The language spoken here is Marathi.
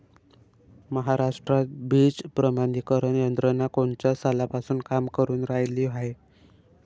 महाराष्ट्रात बीज प्रमानीकरण यंत्रना कोनच्या सालापासून काम करुन रायली हाये?